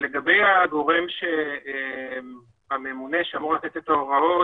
לגבי הגורם הממונה שאמור לתת את ההוראות